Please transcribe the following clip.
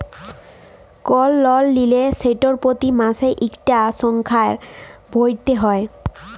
call লল লিলে সেট পতি মাসে ইকটা সংখ্যা ভ্যইরতে হ্যয়